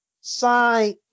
sign